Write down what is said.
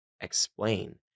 explain